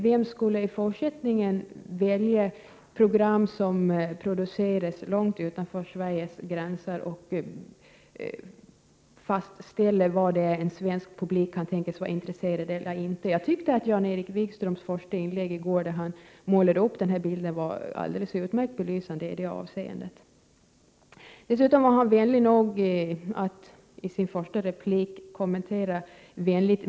Vem skall i fortsättningen välja program som produceras långt utanför Sveriges gränser och fastställa vad en svensk publik kan tänkas vara intresserad av? Jag tyckte att Jan-Erik Wikströms första inlägg i går där han målade upp denna bild var alldeles utmärkt belysande i detta avseende. Jan-Erik Wikström var dessutom vänlig nog att på ett vänligt sätt kommentera min dialekt.